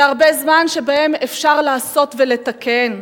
זה הרבה זמן שבו אפשר לעשות ולתקן,